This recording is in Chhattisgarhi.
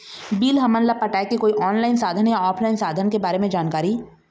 बिल हमन ला पटाए के कोई ऑनलाइन साधन या ऑफलाइन साधन के बारे मे जानकारी?